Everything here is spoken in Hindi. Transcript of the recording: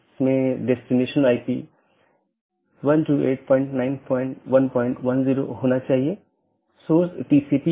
संचार में BGP और IGP का role BGP border gateway protocol और IGP इंटरनेट गेटवे प्रोटोकॉल